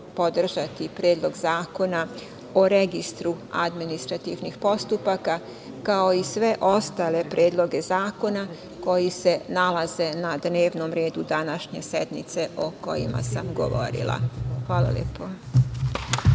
podržati Predlog zakona o registru administrativnih postupaka, kao i sve ostale predloge zakona koji se nalaze na dnevnom redu današnje sednice o kojima sam govorila. Hvala lepo.